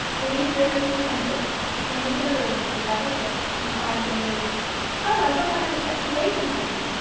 louise very soon entered she came into the room with her brightest look, and cried gaily oh, i hope i haven't kept you waiting for me.